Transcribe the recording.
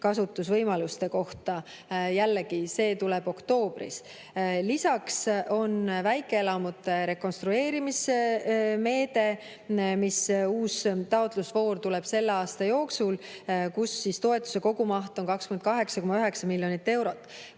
kasutusvõimaluste kohta. Jällegi, see tuleb oktoobris. Lisaks on väikeelamute rekonstrueerimise meede, mille uus taotlusvoor tuleb selle aasta jooksul. Selle toetuse kogumaht on 28,9 miljonit eurot. Kui